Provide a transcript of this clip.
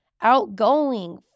outgoing